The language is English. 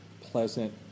pleasant